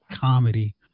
comedy